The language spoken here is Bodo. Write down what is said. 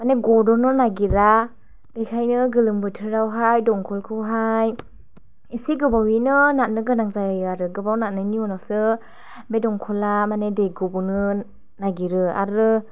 माने गद'नो नागिरा बेखाइनो गोलोमबोथोरावहाइ दमकलखौहाइ एसे गोबावयैनो नारनो गोनां जायो गोबाव नारनाइनि उनावसो बे दमकला माने दै गबोनो नागिरो आरो